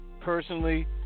personally